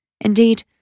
Indeed